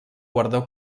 guardó